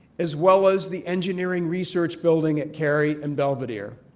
as well as the engineering research building at cary and belvidere.